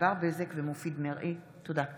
ענבר בזק ומופיד מרעי בנושא: